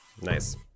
Nice